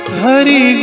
Hari